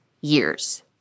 years